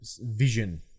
vision